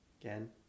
again